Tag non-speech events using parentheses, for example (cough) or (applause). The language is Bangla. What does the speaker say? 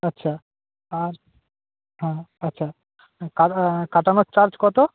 আচ্ছা আর হ্যাঁ আচ্ছা (unintelligible) কাটানোর চার্জ কত